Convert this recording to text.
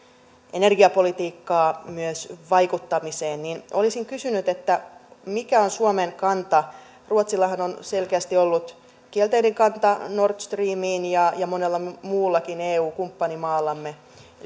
energiapolitiikkaa myös vaikuttamiseen niin olisin kysynyt mikä on suomen kanta ruotsillahan on selkeästi ollut kielteinen kanta nord streamiin ja ja monella muullakin eu kumppanimaallamme eli